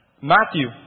Matthew